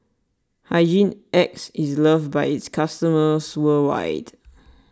Hygin X is loved by its customers worldwide